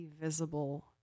visible